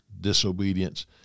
Disobedience